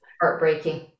heartbreaking